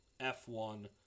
F1